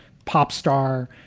pop star.